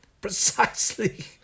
Precisely